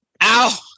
Ow